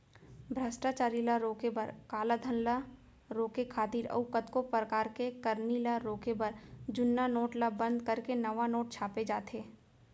भस्टाचारी ल रोके बर, कालाधन ल रोके खातिर अउ कतको परकार के करनी ल रोके बर जुन्ना नोट ल बंद करके नवा नोट छापे जाथे